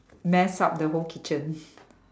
mess up the whole kitchen